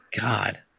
God